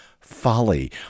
folly